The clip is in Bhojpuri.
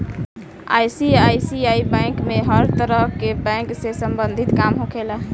आई.सी.आइ.सी.आइ बैंक में हर तरह के बैंक से सम्बंधित काम होखेला